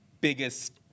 biggest